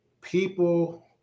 people